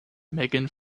megan